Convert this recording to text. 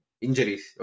injuries